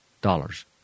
dollars